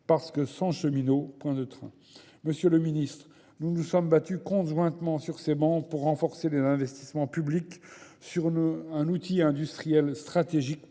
parce que sans cheminots, point de train. Monsieur le ministre, nous nous sommes battus conjointement sur ces bancs pour renforcer les investissements publics sur un outil industriel stratégique